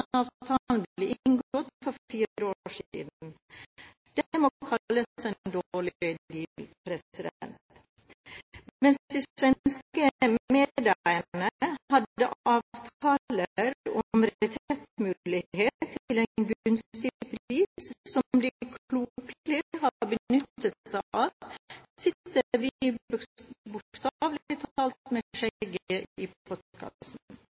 avtalen ble inngått for fire år siden. Det må kalles en dårlig deal. Mens de svenske medeierne hadde avtaler om retrettmulighet til en gunstig pris, som de klokelig har benyttet seg av, sitter vi bokstavelig talt med